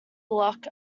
luck